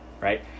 right